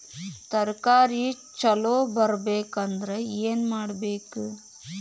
ತರಕಾರಿ ಛಲೋ ಬರ್ಬೆಕ್ ಅಂದ್ರ್ ಏನು ಮಾಡ್ಬೇಕ್?